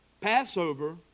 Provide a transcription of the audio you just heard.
Passover